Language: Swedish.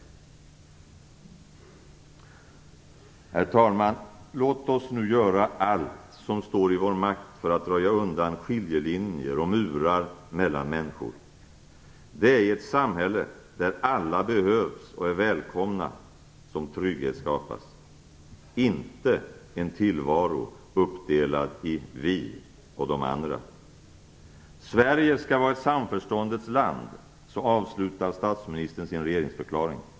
Herr talman! Låt oss nu göra allt som står i vår makt för att röja undan skiljelinjer och murar mellan människor. Det är i ett samhälle där alla behövs och är välkomna som trygghet skapas, inte i en tillvaro uppdelad i vi och de andra. Sverige skall vara samförståndets land. Så avslutar statsministern sin regeringsförklaring.